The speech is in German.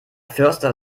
förster